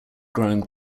growing